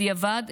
בדיעבד,